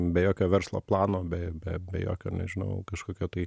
be jokio verslo plano be be be jokio nežinau kažkokio tai